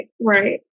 Right